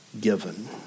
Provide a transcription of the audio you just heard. given